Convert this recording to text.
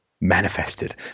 manifested